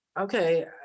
okay